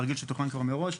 תרגיל שתוכנן כבר מראש.